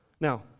Now